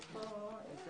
בוקר טוב